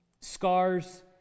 scars